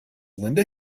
linda